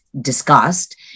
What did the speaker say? discussed